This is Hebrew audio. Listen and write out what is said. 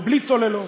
ובלי צוללות,